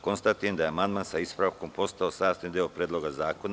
Konstatujem da je amandman sa ispravkom postao sastavni deo Predloga zakona.